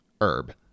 Herb